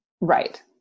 Right